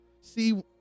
See